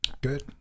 Good